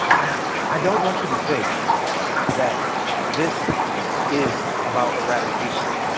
i i don't want you to think that this is about eradication.